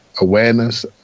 awareness